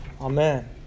Amen